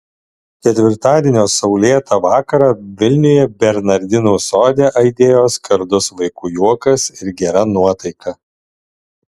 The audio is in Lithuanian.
ketvirtadienio saulėtą vakarą vilniuje bernardinų sode aidėjo skardus vaikų juokas ir gera nuotaika